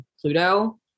Pluto